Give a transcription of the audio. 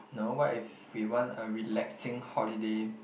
no what if we want a relaxing holiday